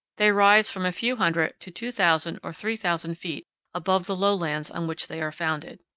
they rise from a few hundred to two thousand or three thousand feet above the lowlands on which they are founded.